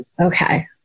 okay